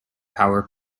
power